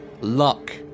Luck